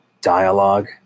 dialogue